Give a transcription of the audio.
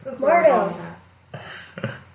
Mardo